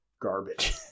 garbage